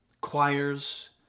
choirs